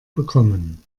bekommen